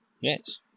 Yes